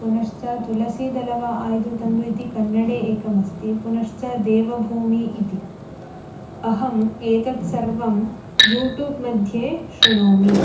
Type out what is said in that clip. पुनश्च तुलसीदलव आय्दु तन्दु इति कन्नडे एकमस्ति पुनश्च देवभूमिः इति अहम् एतत् सर्वं यूटूब्मध्ये शृणोमि